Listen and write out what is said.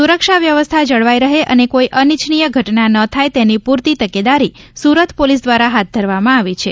સુરક્ષા વ્યવસ્થા જળવાય રહે અને કોઈ અનીઇચ્છીય ઘટના ન થાય તેની પૂરતી તકેદારી સુરત પોલીસ દ્વારા હાથ ધરવામાં આવી છે